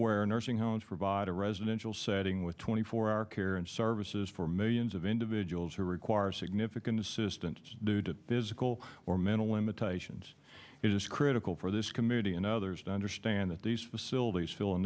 aware nursing homes provide a residential setting with twenty four hour care and services for millions of individuals who require significant assistance due to physical or mental limitations it is critical for this committee and others to understand that these facilities fill